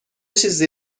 چیزی